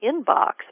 inbox